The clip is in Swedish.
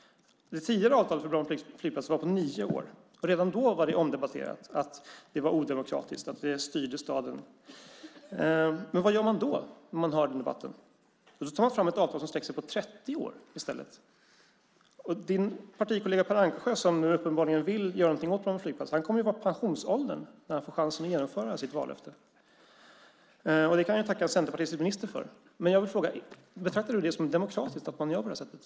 Det tidigare avtalet för Bromma flygplats var på nio år. Redan då var det omdebatterat. Det sades att det var odemokratiskt och styrde staden. Vad gör man då när man hör den debatten? Jo, då tar man fram ett avtal som sträcker sig över 30 år i stället. Ministerns partikollega Per Ankersjö, som nu uppenbarligen vill göra någonting åt Bromma flygplats, kommer att vara i pensionsåldern när han får chansen att genomföra sitt vallöfte. Det kan han tacka en centerpartistisk minister för. Betraktar ministern det som demokratiskt att man gör på det här sättet?